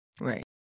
right